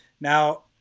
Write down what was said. Now